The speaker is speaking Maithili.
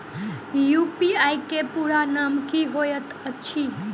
यु.पी.आई केँ पूरा नाम की होइत अछि?